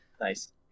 Nice